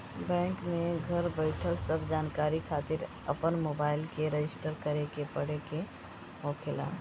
bank में घर बईठल सब जानकारी खातिर अपन मोबाईल के रजिस्टर करे के पड़े के होखेला